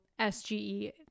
SGE